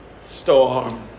storm